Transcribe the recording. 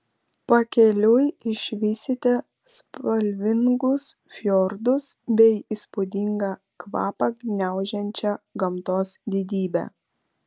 pakeliui išvysite spalvingus fjordus bei įspūdingą kvapą gniaužiančią gamtos didybę